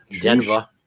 Denver